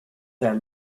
that